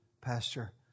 Pastor